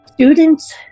Students